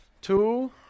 Two